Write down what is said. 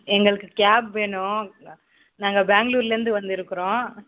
எங்களுக்கு கேப் வேணும் நாங்கள் பெங்களூர்லேர்ந்து வந்துருக்கிறோம்